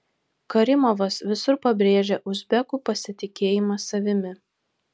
karimovas visur pabrėžia uzbekų pasitikėjimą savimi